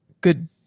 good